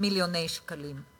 מיליוני שקלים.